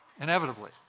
Inevitably